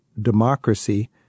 democracy